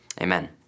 Amen